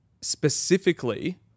Specifically